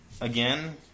again